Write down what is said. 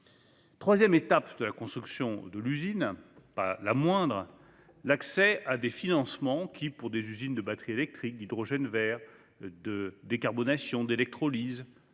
Troisième étape de la construction d'une usine, pas la moindre : l'accès à des financements. Pour des usines de batteries électriques, d'hydrogène vert ou d'électrolyse,